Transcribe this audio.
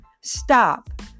stop